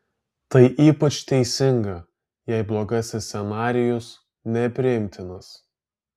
tai ypač teisinga jei blogasis scenarijus nepriimtinas